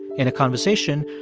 in a conversation,